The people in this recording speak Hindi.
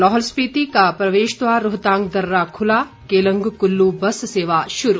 लाहौल स्पिति का प्रवेश द्वार रोहतांग दर्रा खुला केलंग कुल्लू बस सेवा शुरू